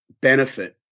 benefit